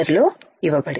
లో ఇవ్వబడింది